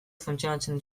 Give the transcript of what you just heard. funtzionatzen